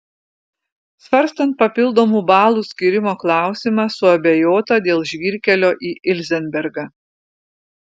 svarstant papildomų balų skyrimo klausimą suabejota dėl žvyrkelio į ilzenbergą